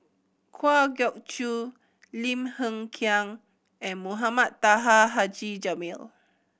Kwa Geok Choo Lim Hng Kiang and Mohamed Taha Haji Jamil